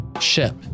ship